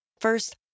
First